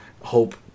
hope